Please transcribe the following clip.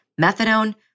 methadone